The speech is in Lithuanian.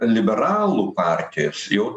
liberalų partijos jau